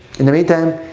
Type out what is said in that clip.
in the meantime,